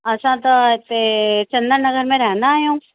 असां त हिते चंदन नगर में रहंदा आहियूं